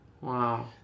Wow